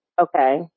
Okay